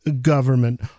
government